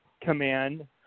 Command